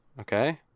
okay